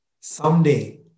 Someday